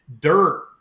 dirt